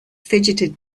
fidgeted